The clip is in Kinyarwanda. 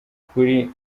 kuri